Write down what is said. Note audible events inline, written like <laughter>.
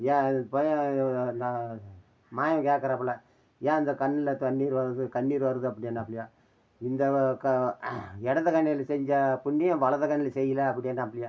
ஐயா இது பையன் <unintelligible> நான் மாயன் கேக்கிறாப்புல ஏன் இந்த கண்ணில் தண்ணீர் வருது கண்ணீர் வருது அப்டினாப்பிலயாம் இந்த வ க இடது கண்ணில் செஞ்ச புண்ணியம் வலது கண்ணில் செய்யல அப்டினாப்பிலயாம்